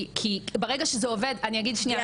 כי ברגע שזה עובד --- יעל,